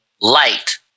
light